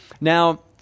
Now